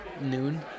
Noon